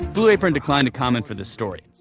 blue apron declined to comment for this story.